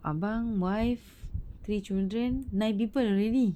abang wife three children nine people already